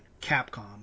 Capcom